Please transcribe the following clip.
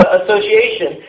association